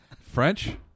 French